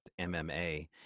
MMA